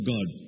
God